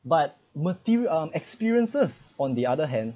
but materi~ um experiences on the other hand